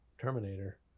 Terminator